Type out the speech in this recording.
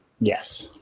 Yes